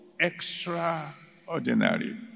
extraordinary